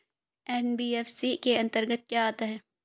NBFC के अंतर्गत क्या आता है?